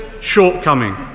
shortcoming